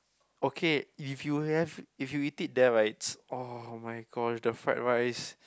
okay if you have if you eat there right oh-my-god the fried rice